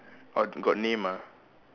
orh got name ah